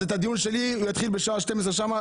אז הדיון שלי יתחיל בשעה 12:00 שם,